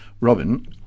Robin